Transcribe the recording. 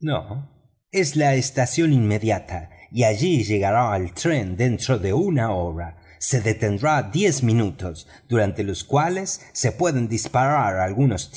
no es la estación inmediata y allí llegará el tren dentro de una hora se detendrá diez minutos durante los cuales se pueden disparar algunos